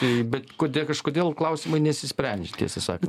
bet kodėl kažkodėl klausimai nesisprendžia tiesą sakant